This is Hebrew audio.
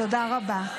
תודה רבה.